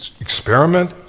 experiment